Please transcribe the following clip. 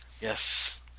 Yes